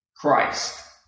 Christ